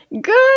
Good